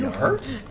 hurt?